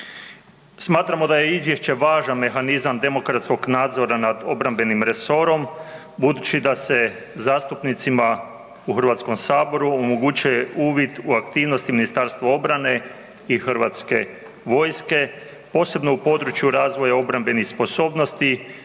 Smatramo da je izvješće važan mehanizam demokratskog nadzora nad obrambenim resorom budući da se zastupnicima u HS omogućuje uvid u aktivnost Ministarstva obrane i HV-a, posebno u području razvoja obrambenih sposobnosti